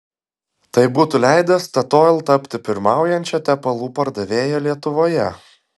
tai būtų leidę statoil tapti pirmaujančia tepalų pardavėja lietuvoje